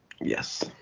Yes